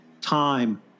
time